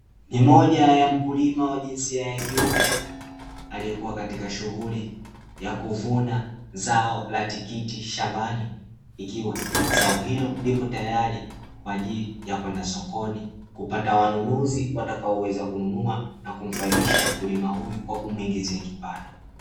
Ni moja ya mkulima wa jinsia ya kiume aliyekuwa katika shughuli ya kuvuna zao la tikiti shambani, ikiwa zao hilo lipo tayari kwa ajili ya kwenda sokoni, kupata wanunuzi watakaoweza kununua; kumfaidisha mkulima huyu kwa kumuingizia kipato.